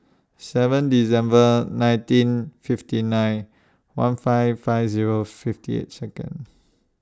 seven December nineteen fifty nine one five five Zero fifty eight Second